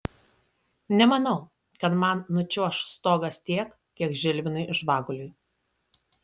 nemanau kad man nučiuoš stogas tiek kiek žilvinui žvaguliui